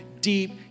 deep